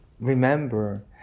remember